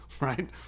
right